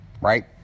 Right